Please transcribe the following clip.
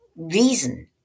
reason